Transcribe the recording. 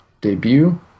debut